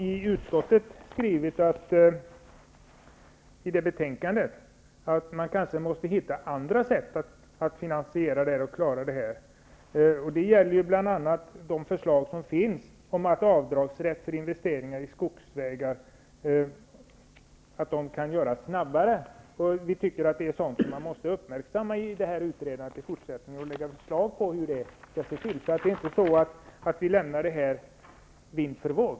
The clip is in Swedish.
I utskottets betänkande har vi skrivit att man kanske måste hitta andra sätt för att finansiera det här. Det gäller bl.a. de förslag som finns om avdragsrätt för investeringar i skogsvägar och att det kan göras snabbare. Vi tycker att det är sådant som man måste uppmärksamma i det fortsatta utredningsarbetet, och man måste lägga fram förslag till hur det skall gå till. Vi lämnar således inte detta vind för våg.